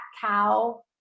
cow